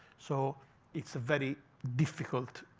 so it's a very difficult